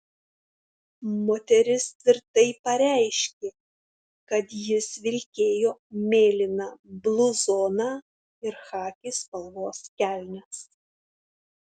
moteris tvirtai pareiškė kad jis vilkėjo mėlyną bluzoną ir chaki spalvos kelnes